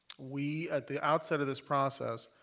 we at the outset of this process,